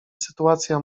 sytuacja